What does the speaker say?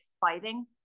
fighting